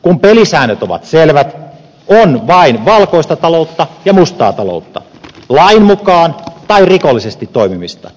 kun pelisäännöt ovat selvät on vain valkoista taloutta ja mustaa taloutta lain mukaan tai rikollisesti toimimista